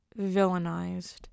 villainized